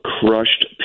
crushed